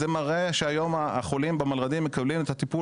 זה מראה שהיום החולים במלר"דים מקבלים את הטיפול